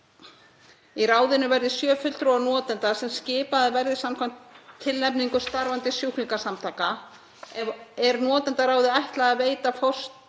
Í ráðinu verði sjö fulltrúar notenda sem skipaðir verði samkvæmt tilnefningu starfandi sjúklingasamtaka. Er notendaráði ætlað að veita forstjórum